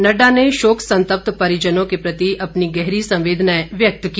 नड़डा ने शोक संतप्त परिजनों के प्रति अपनी गहरी संवेदनाएं व्यक्त की